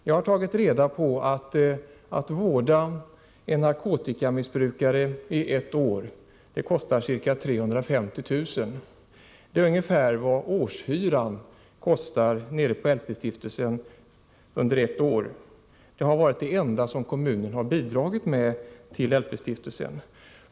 Jag har tagit reda på att kostnaden för att vårda en narkotikamissbrukare under ett år är ca 350 000 kr. Det är ungefär lika mycket som årshyran för LP-stiftelsens lokaler på Drottninggatan under ett år. Det har varit det enda som kommunen har bidragit med till LP-stiftelsen.